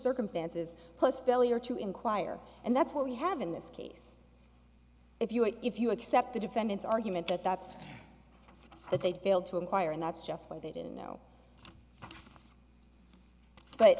circumstances plus failure to inquire and that's what we have in this case if you if you accept the defendant's argument that that's that they failed to inquire and that's just what they didn't know but